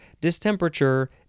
distemperature